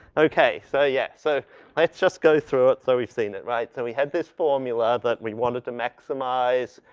okay, so yeah, so let's just go through it. so, we've seen it, right? so, we had this formula that we wanted to maximize,